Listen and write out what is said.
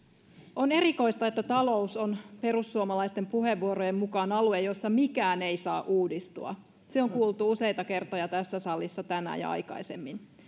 on erikoista että talous on perussuomalaisten puheenvuorojen mukaan alue jossa mikään ei saa uudistua se on kuultu useita kertoja tässä salissa tänään ja aikaisemmin